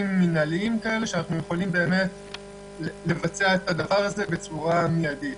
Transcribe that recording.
מנהליים כאלה שאנחנו יכולים באמת לבצע את הדבר הזה בצורה מיידית.